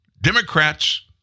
Democrats